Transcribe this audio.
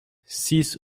six